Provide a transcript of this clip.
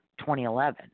2011